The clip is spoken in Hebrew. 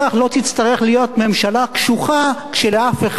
תצטרך להיות ממשלה קשוחה כשלאף אחד אין.